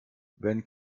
wenn